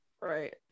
Right